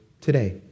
today